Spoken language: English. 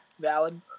valid